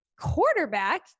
quarterback